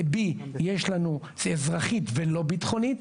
ב-B יש לנו אזרחית ולא ביטחונית.